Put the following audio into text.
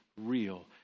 real